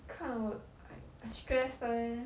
看了我 I I stress leh